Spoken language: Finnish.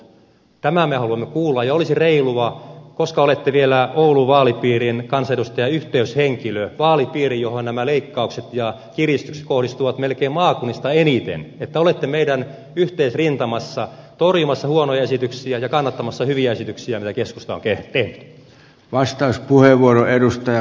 tämän me haluamme kuulla ja olisi reilua koska olette vielä oulun vaalipiirin kansanedustaja yhteyshenkilö vaalipiirin johon nämä leikkaukset ja kiristykset kohdistuvat melkein maakunnista eniten että olisitte meidän yhteisrintamassamme torjumassa huonoja esityksiä ja kannattamassa hyviä esityksiä joita keskusta on tehnyt